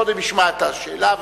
קודם נשמע את השאלה.